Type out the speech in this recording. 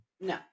No